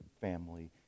family